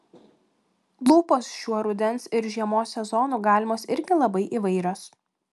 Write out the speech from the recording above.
lūpos šiuo rudens ir žiemos sezonu galimos irgi labai įvairios